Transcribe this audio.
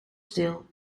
stil